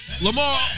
Lamar